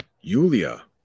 Yulia